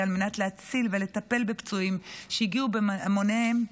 על מנת להציל ולטפל בפצועים שהגיעו בהמוניהם,